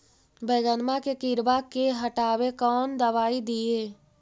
बैगनमा के किड़बा के हटाबे कौन दवाई दीए?